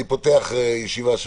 אני מתכבד לפתוח את הישיבה,